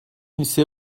ise